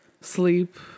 sleep